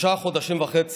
חבר הכנסת.